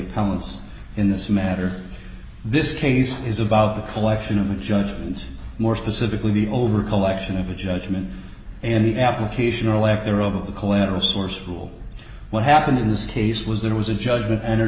powerless in this matter this case is about the collection of a judgment more specifically the over collection of a judgment in the application or lack thereof of the collateral source rule what happened in this case was there was a judgment entered